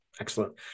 Excellent